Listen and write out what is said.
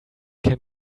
can